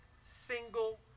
single